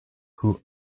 who